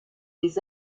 des